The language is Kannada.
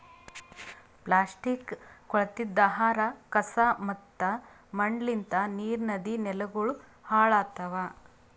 ಪ್ಲಾಸ್ಟಿಕ್, ಕೊಳತಿದ್ ಆಹಾರ, ಕಸಾ ಮತ್ತ ಮಣ್ಣಲಿಂತ್ ನೀರ್, ನದಿ, ನೆಲಗೊಳ್ ಹಾಳ್ ಆತವ್